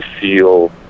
feel